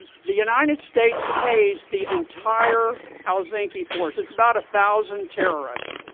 the united states pays the entire al-zinki force it's about a thousand terrorists.